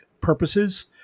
purposes